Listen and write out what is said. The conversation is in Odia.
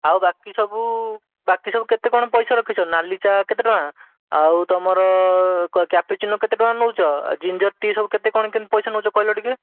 ଆଉ ବାକି ସବୁ ବାକି ସବୁ କେତେ କ'ଣ ପଇସା ରଖିଛନ୍ତି ନାଲି ଚା' କେତେ ଟଙ୍କା ଆଉ ତୁମର କ୍ୟାପୁଚିନୋ କେତେ ଟଙ୍କା ନଉଛ ଆଉ ଜିଞ୍ଜର ଟି ସବୁ କେତେ କ'ଣ ପଇସା ନେଉଛ କହିଲ ଟିକିଏ